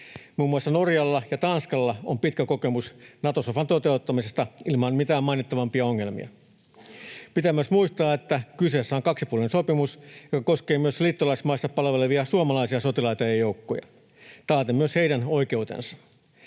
Muun muassa Norjalla ja Tanskalla on pitkä kokemus Nato-sofan toteuttamisesta ilman mitään mainittavampia ongelmia. Pitää myös muistaa, että kyseessä on kaksipuolinen sopimus, joka koskee myös liittolaismaissa palvelevia suomalaisia sotilaita ja joukkoja taaten myös heidän oikeutensa.